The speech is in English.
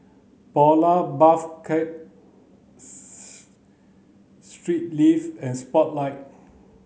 Polar Puff Cakes Straight Ives and Spotlight